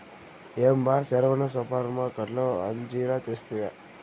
ఏం బా సెరవన సూపర్మార్కట్లో అంజీరా తెస్తివా